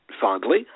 fondly